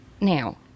Now